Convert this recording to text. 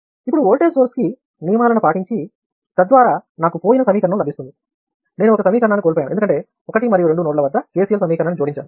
ఇక్కడ voltage source కి నియమాలని పాటించవలసి ఉంది తద్వారా నాకు పోయిన సమీకరణం లభిస్తుంది నేను ఒక సమీకరణాన్ని కోల్పోయాను ఎందుకంటే 1 మరియు 2 నోడ్ల వద్ద KCL సమీకరణాన్ని జోడించాను